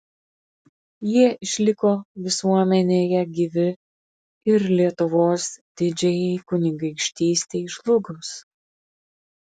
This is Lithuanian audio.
jie išliko visuomenėje gyvi ir lietuvos didžiajai kunigaikštystei žlugus